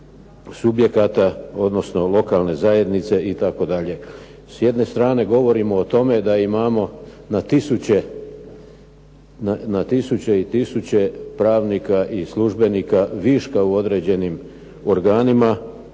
subjekata, odnosno lokalne zajednice itd. S jedne strane govorimo o tome da imamo na tisuće i tisuće pravnika i službenika viška u određenim organima